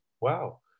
Wow